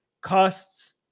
costs